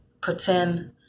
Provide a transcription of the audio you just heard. pretend